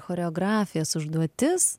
choreografės užduotis